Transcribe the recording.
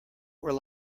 rely